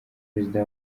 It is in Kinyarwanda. perezida